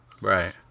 Right